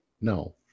No